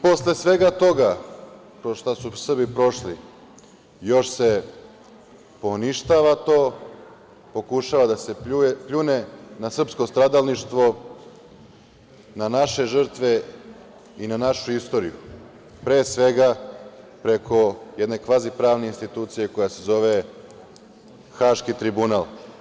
Posle svega toga kroz šta su Srbi prošli još se poništava to, pokušava da se pljune na srpsko stradalništvo, na naše žrtve i na našu istoriju, pre svega, preko jedne kvazi pravne institucije koja se zove Haški tribunal.